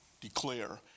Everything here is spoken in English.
declare